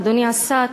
אדוני השר,